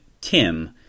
tim